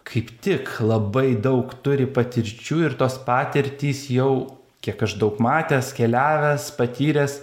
kaip tik labai daug turi patirčių ir tos patirtys jau kiek aš daug matęs keliavęs patyręs